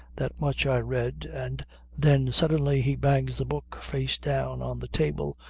that much i read and then suddenly he bangs the book face down on the table,